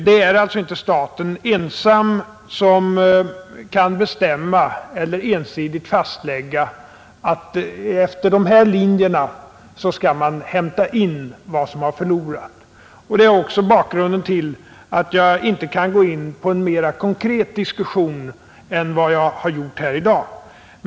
Det är alltså inte staten ensam som kan bestämma eller ensidigt fastlägga efter vilka linjer man skall inhämta vad som har förlorats. Detta är också bakgrunden till att jag inte kan gå in på en mera konkret diskussion än vad jag gjort här i dag.